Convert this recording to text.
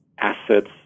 assets